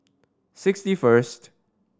sixty third